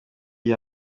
byo